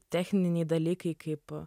techniniai dalykai kaip